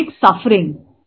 suffering